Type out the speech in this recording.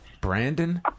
Brandon